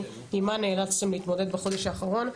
עם מה נאלצתם להתמודד בחודש האחרון.